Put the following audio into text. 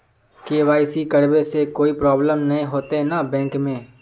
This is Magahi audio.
के.वाई.सी करबे से कोई प्रॉब्लम नय होते न बैंक में?